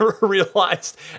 realized